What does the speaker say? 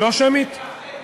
לא שמית?